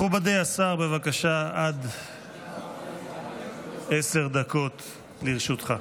מכובדי השר, בבקשה, עד עשר דקות לרשותך.